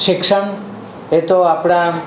શિક્ષણ એ તો આપણા